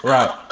Right